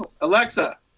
Alexa